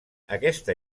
aquesta